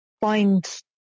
find